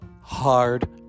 hard